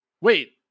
wait